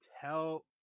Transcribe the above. tell